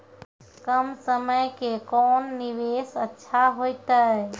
कम समय के कोंन निवेश अच्छा होइतै?